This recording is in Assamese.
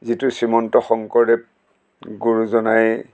যিটো শ্ৰীমন্ত শংকৰদেৱ গুৰুজনাই